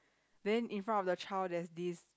then in front of the child there's this